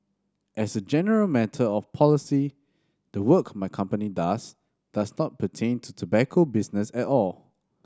as a general matter of policy the work my company does does not pertain to tobacco business at all